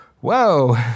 whoa